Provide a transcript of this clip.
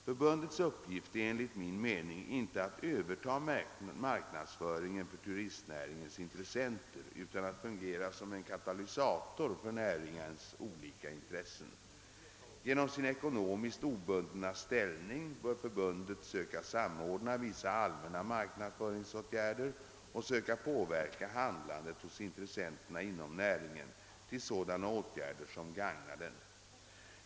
Förbundets uppgift är enligt min mening inte att överta marknadsföringen för turistnäringens intressenter utan att fungera som en katalysator för näringens olika intressen. Genom sin ekonomiskt obundna ställning bör förbundet söka samordna vissa allmänna marknadsföringsåtgärder och söka påverka handlandet hos intressenterna inom näringen till sådana åtgärder som gagnar den.